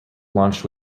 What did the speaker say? launched